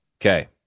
Okay